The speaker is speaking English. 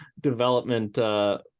development